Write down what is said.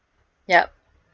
yup